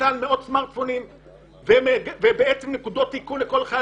שמאות סמרטפונים נכנסים לצוק איתן והופכים לנקודות איכון לכל חייל